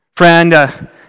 Friend